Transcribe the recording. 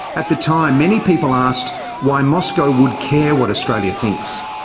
at the time, many people asked why moscow would care what australia thinks.